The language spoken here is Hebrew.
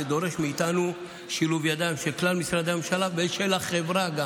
זה דורש מאיתנו שילוב ידיים של כלל משרדי הממשלה וגם של החברה.